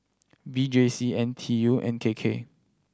V J C N T U and K K